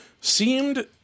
seemed